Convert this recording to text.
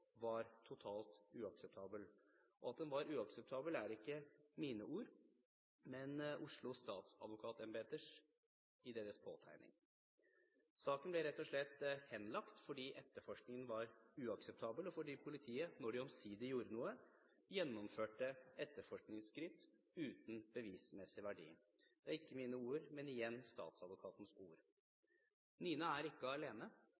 var totalt uakseptabel. At den var uakseptabel er ikke mine ord, men Oslo statsadvokatembetes ord i deres påtegning. Saken ble rett og slett henlagt fordi etterforskningen var uakseptabel, og fordi politiet, da de omsider gjorde noe, gjennomførte etterforskningsskritt uten bevismessig verdi. Dette er ikke mine ord, men igjen statsadvokatens ord. Nina er ikke alene.